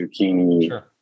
zucchini